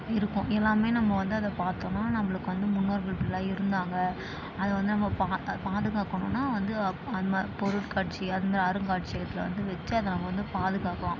இருக்கும் எல்லாமே நம்ம வந்து அதை பார்த்தோம்னா நம்மளுக்கு வந்து முன்னோர்கள் இப்படிலாம் இருந்தாங்க அதை வந்து நம்ம பா பாதுகாக்கணுன்னால் வந்து அது மா பொருட்காட்சிகள் அது மாதிரி அருங்காட்சியகத்தில் வந்து அது வச்சு அதை நம்ம வந்து பாதுக்கிறோம்